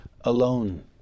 alone